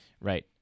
Right